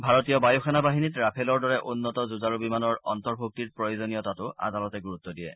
ভাৰতীয় বায়ুসেনা বাহিনীত ৰাফেলৰ দৰে উন্নত যুঁজাৰু বিমানৰ অন্তৰ্ভুক্তিৰ প্ৰয়োজনীয়তাতো আদালতে গুৰুত্ব দিয়ে